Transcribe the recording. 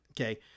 Okay